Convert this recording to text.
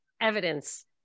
evidence